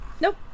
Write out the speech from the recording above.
Nope